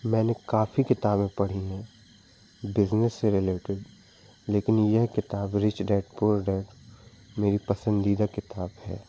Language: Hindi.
मैंने काफी किताबें पढ़ी है बिज़नेस से रिलेटेड लेकिन ये किताब रिच डैड पुअर डैड मेरी पसंदीदा किताब है